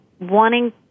wanting